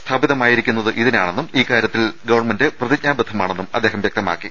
സ്ഥാപിതമായിരിക്കുന്നത് ഇതിനാണെന്നും ഇക്കാര്യത്തിൽ ഗവൺമെന്റ് പ്രതിഞ്ജാബദ്ധമാണെന്നും അദ്ദേഹം വൃക്തമാക്കി